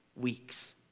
weeks